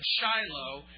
Shiloh